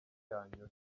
yanyura